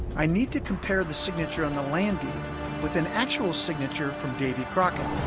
i need to compare the signature on the landy with an actual signature from davey crockett